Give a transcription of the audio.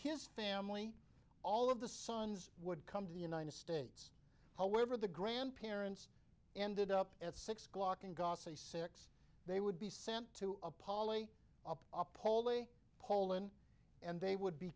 his family all of the sons would come to the united states however the grandparents ended up at six o'clock and got say six they would be sent to a poly up up poland and they would be